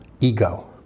ego